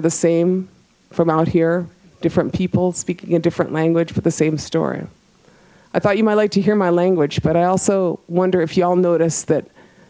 are the same from out here different people speaking in different language but the same story i thought you might like to hear my language but i also wonder if you'll notice that